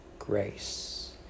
grace